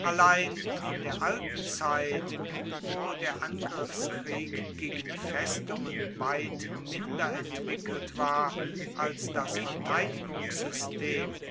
allein in der alten zeit wo der angriffskrieg gegen die festungen weit minder entwickelt war als das